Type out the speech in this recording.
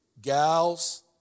gals